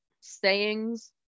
sayings